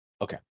Okay